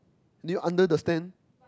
do you under the stand